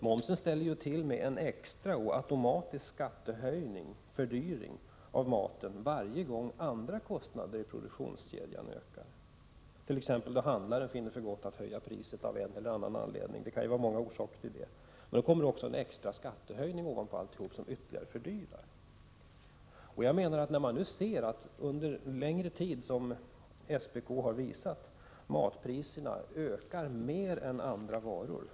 Momsen ställer till med en extra och automatisk skattehöjning, dvs. en fördyring av maten, varje gång andra kostnader i produktionskedjan ökar, t.ex. då handlare av en eller annan anledning finner för gott att höja priset. Det kan finnas många orsaker till detta. Ovanpå alltihop kommer då också en extra skattehöjning som ytterligare fördyrar. När man under en längre tid, som SPK har visat, ser att matpriserna ökar mer än priserna på andra varor måste man göra några insatser på just matprisernas område, menar jag.